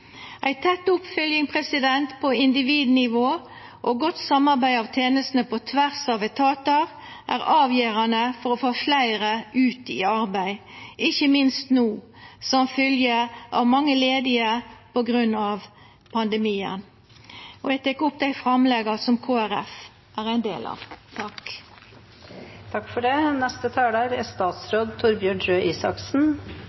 Ei tett oppfylging på individnivå og godt samarbeid mellom tenestene på tvers av etatar er avgjerande for å få fleire ut i arbeid, ikkje minst no, som fylgje av mange ledige på grunn av pandemien. Det må være lov å si at det er